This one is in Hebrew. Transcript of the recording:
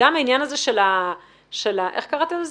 גם העניין הזה של סולק מארח,